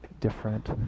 different